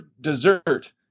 dessert